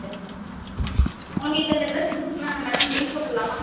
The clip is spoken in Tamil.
சரிங்க மேடம் உங்களுக்கு இப்போ இந்த டிரெஸ் பிடிச்சிருக்கு தானே மேடம் பில் போட்டுருலாமா